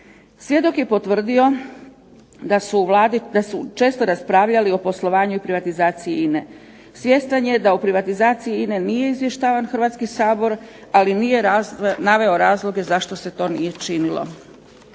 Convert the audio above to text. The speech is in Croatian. Svjedok je potvrdio da su u Vladi često raspravljali o poslovanju i privatizaciji INA-e. Svjestan je da o privatizaciji INA-e nije izvještavan Hrvatski sabor, ali nije naveo razloge zašto se to nije činilo.